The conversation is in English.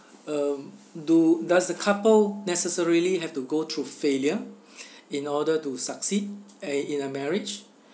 um do does the couple necessarily have to go through failure in order to succeed a in a marriage